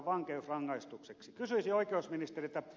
kysyisin oikeusministeriltä